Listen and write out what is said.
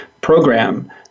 program